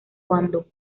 cuando